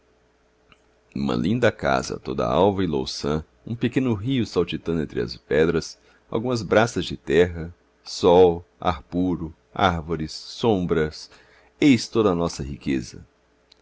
uma linda casa toda alva e louçã um pequeno rio saltitando entre as pedras algumas braças de terra sol ar puro árvores sombras eis toda a nossa riqueza